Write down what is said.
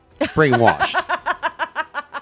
brainwashed